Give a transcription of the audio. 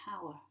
power